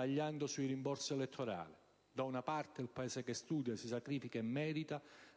e sui rimborsi elettorali. Da una parte, il Paese che studia, si sacrifica e merita,